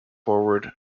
forward